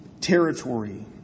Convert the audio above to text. territory